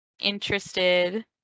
interested